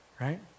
right